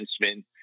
defenseman